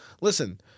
listen